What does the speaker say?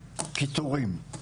קיטורים?